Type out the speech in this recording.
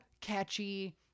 catchy